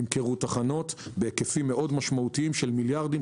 נמכרו תחנות בהיקפים משמעותיים מאוד של מיליארדים,